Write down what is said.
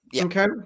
Okay